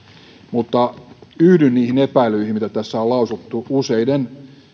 mutta yhdyn niihin epäilyihin mitä tässä on lausuttu useiden